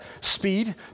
speed